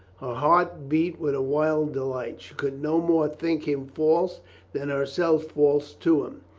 heart beat with a wild delight. she could no more think him false than herself false to him.